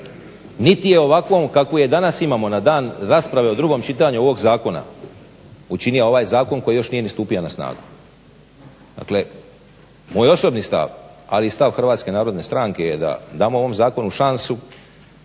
niti je ovakvom kakvu je danas imamo na dan rasprave u 2. čitanju ovog zakona, učinio ovaj zakon koji još nije ni stupio na snagu. Dakle, moj osobni stav, ali i stav HNS-a je da damo ovom zakonu šansu